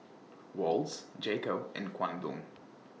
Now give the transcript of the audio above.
Wall's J Co and Kwan Loong